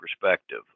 perspective